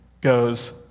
goes